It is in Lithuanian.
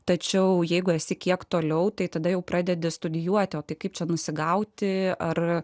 tačiau jeigu esi kiek toliau tai tada jau pradedi studijuoti kaip čia nusigauti ar